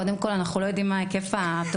קודם כל אנחנו לא יודעים מה היקף התופעה,